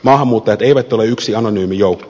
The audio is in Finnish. maahanmuuttajat eivät ole yksi anonyymi joukko